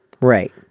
right